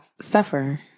suffer